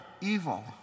evil